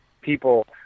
people